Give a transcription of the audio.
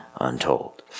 untold